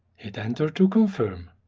hit enter to confirm.